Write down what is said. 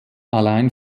allein